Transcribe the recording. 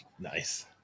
Nice